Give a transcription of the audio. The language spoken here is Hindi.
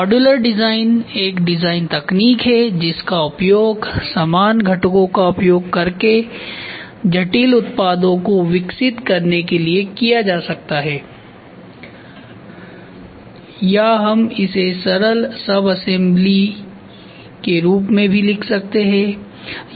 मॉड्यूलर डिजाइन एक डिजाइन तकनीक है जिसका उपयोग समान घटकों का उपयोग करके जटिल उत्पादों को विकसित करने के लिए किया जा सकता है या हम इसे सरल सबअसेम्बली के रूप में भी लिख सकते हैं